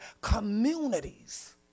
communities